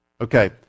okay